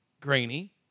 grainy